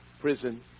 prison